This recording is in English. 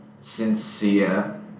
sincere